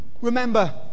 Remember